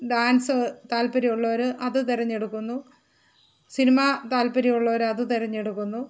dance താല്പര്യമുള്ളവർ അത് തിരഞ്ഞെടുക്കുന്നു സിനിമ താല്പര്യമുള്ളവർ അത് തെരഞ്ഞെടുക്കുന്നു